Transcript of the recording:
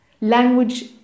Language